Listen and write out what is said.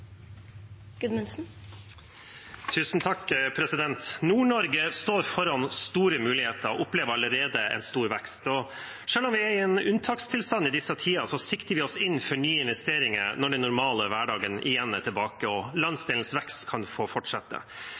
står foran store muligheter og opplever allerede en stor vekst. Selv om vi er i en unntakstilstand i disse tider, sikter vi oss inn mot nye investeringer når den normale hverdagen igjen er tilbake og landsdelens vekst kan få fortsette.